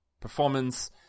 performance